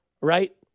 right